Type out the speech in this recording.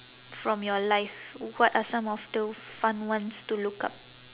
from your life what are some of the fun ones to look up